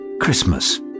Christmas